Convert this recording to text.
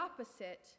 opposite